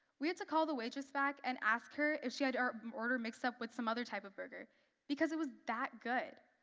we had to call the waitress back and ask her if she had our order mixed up with some other type of burger because it was that good.